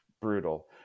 brutal